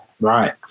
right